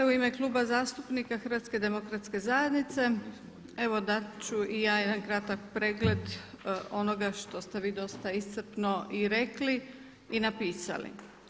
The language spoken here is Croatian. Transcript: U ime Kluba zastupnika HDZ-a evo dat ću i ja jedan kratak pregled onoga što ste vi dosta iscrpno i rekli i napisali.